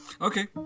Okay